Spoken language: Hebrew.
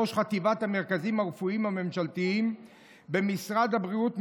ראש חטיבת המרכזים הרפואיים הממשלתיים במשרד הבריאות,